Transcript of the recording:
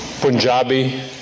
Punjabi